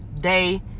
day